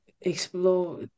explore